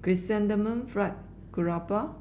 Chrysanthemum Fried Garoupa